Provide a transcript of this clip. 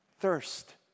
thirst